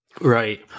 Right